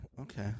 okay